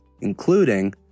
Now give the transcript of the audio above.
including